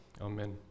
Amen